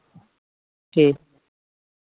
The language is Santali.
ᱴᱷᱤᱠ